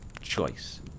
choice